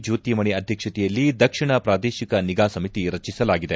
ಜ್ಯೋತಿಮಣಿ ಅಧ್ಯಕ್ಷತೆಯಲ್ಲಿ ದಕ್ಷಿಣ ಪ್ರಾದೇಶಿಕ ನಿಗಾ ಸಮಿತಿ ರಚಿಸಲಾಗಿದೆ